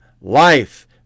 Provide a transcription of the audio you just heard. life